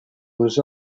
was